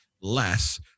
less